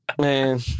Man